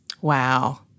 Wow